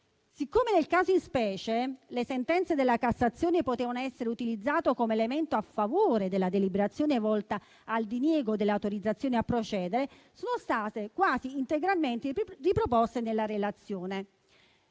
Siccome nel caso in specie le sentenze della Cassazione potevano essere utilizzate come elemento a favore della deliberazione volta al diniego dell'autorizzazione a procedere, esse sono state quasi integralmente riproposte nella relazione.